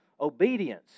obedience